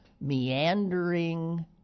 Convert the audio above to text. meandering